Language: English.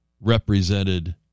represented